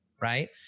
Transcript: right